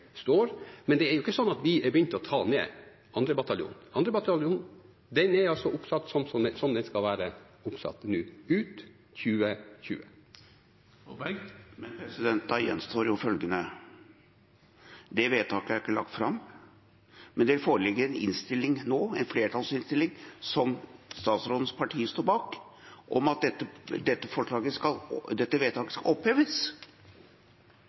står, men det er jo ikke sånn at vi har begynt å ta ned 2. bataljon. 2. bataljon er altså nå oppsatt sånn som den skal være oppsatt, ut 2020. Men da gjenstår jo følgende: Det vedtaket er ikke lagt fram, men det foreligger en innstilling nå, en flertallsinnstilling som statsrådens parti står bak, om at dette vedtaket skal oppheves. På slutten av dagen gjelder ikke dette